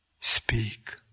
speak